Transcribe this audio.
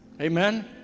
Amen